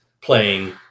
playing